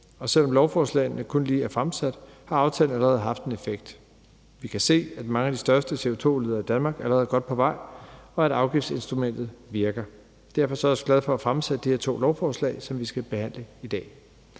og selv om lovforslagene kun lige er fremsat, har aftalen allerede haft en effekt. Vi kan se, at mange af de største CO2-udledere i Danmark allerede er godt på vej, og at afgiftsinstrumentet virker. Derfor er jeg også glad for at fremsætte disse to lovforslag, som vi skal behandle i dag,